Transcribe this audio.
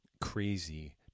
crazy